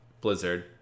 blizzard